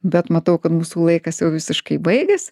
bet matau kad mūsų laikas jau visiškai baigės